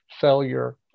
failure